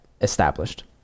established